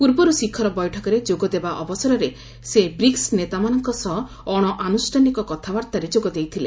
ପୂର୍ବରୁ ଶିଖର ବୈଠକରେ ଯୋଗଦେବା ଅବସରରେ ସେ ବ୍ରିକ୍ୱ ନେତାମାନଙ୍କ ସହ ଅଣଆନୁଷ୍ଠାନିକ କଥାବାର୍ତ୍ତାରେ ଯୋଗ ଦେଇଥିଲେ